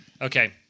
Okay